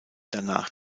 danach